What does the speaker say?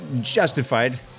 justified